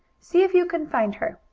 see if you can find her.